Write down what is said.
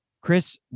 Chris